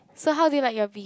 so how do you like your beef